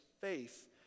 faith